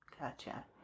Gotcha